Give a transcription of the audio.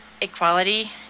equality